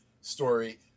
story